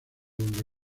donde